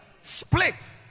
Split